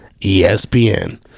ESPN